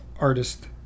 artist